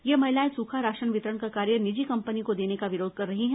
ये महिलाएं सुखा राशन वितरण का कार्य निजी कंपनी को देने का विरोध कर रही हैं